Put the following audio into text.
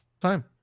time